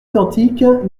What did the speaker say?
identiques